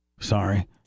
Sorry